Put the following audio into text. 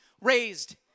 raised